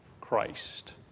Christ